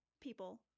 people